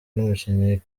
n’umukinnyi